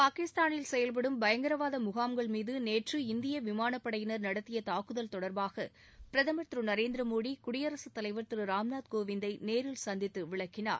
பாகிஸ்தானில் செயல்படும் பயங்கரவாத முகாம்கள் மீது நேற்று இந்திய விமானப் படையினர் நடத்திய துக்குதல் தொடர்பாக பிரதமர் திரு நரேந்திர மோடி குடியரசுத் தலைவர் திரு ராம்நாத் கோவிந்தை நேரில் சந்தித்து விளக்கினார்